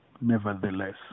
nevertheless